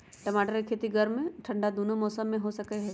टमाटर के खेती गर्म ठंडा दूनो मौसम में हो सकै छइ